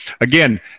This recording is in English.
again